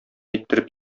иттереп